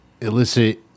elicit